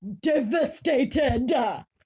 devastated